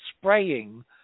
spraying